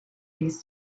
these